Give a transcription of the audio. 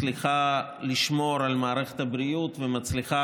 היא מצליחה לשמור על מערכת הבריאות ומצליחה